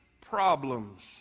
problems